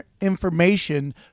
information